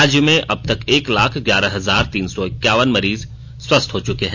राज्य में अब तक एक लाख ग्यारह हजार तीन सौ इक्कावन मरीज स्वस्थ हो चुके हैं